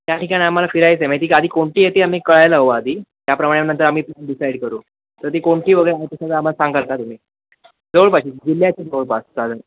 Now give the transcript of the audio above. त्या ठिकाण आम्हाला फिरायचं आहे मये ती गाडी कोणती आहे ती आम्ही कळायला हवं आधी त्याप्रमाणे नंतर आम्ही मग डिसाईड करू तर ती कोणती वगैरे आहे तसं आम्हाला सांगाल का तुम्ही जवळपास जिल्ह्याचे जवळपास साधारण